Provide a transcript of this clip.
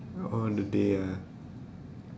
all the day ah